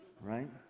right